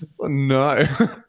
No